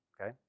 okay